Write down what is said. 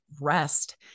rest